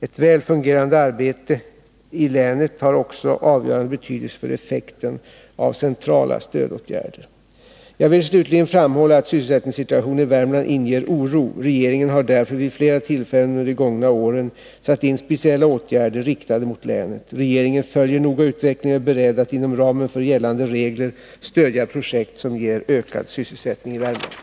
Ett väl fungerande arbete i länet har också avgörande betydelse för effekten av centrala stödåtgärder. Jag vill slutligen framhålla att sysselsättningssituationen i Värmland inger oro. Regeringen har därför vid flera tillfällen under de gångna åren satt in speciella åtgärder riktade mot länet. Regeringen följer noga utvecklingen och är beredd att inom ramen för gällande regler stödja projekt som ger ökad sysselsättning i Värmland.